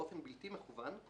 באופן בלתי מכוון,